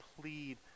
plead